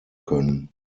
können